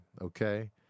okay